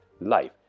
life